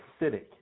acidic